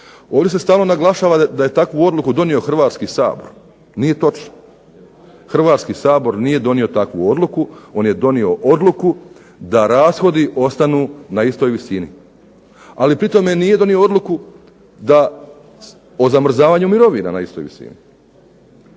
Ovdje se stalno naglašava da je takvu odluku donio Hrvatski sabor. Nije točno. Hrvatski sabor nije donio takvu odluku on je donio odluku da rashodi ostanu na istoj visini ali pri tome nije donio odluku o zamrzavanju mirovina na istoj visini.